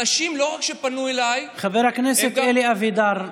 אנשים לא רק שפנו אליי, חבר הכנסת אלי אבידר,